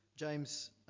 James